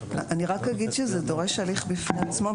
אני רק אגיד שזה דורש הליך בפני עצמו,